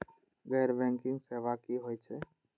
गैर बैंकिंग सेवा की होय छेय?